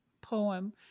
poem